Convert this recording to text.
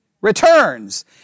Returns